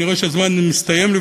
אני רואה שהזמן מסתיים לי,